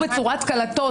שיצאו בצורת קלטות,